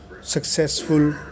successful